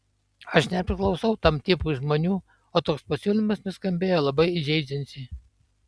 aš nepriklausau tam tipui žmonių o toks pasiūlymas nuskambėjo labai įžeidžiančiai